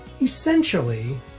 essentially